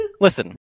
Listen